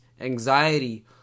anxiety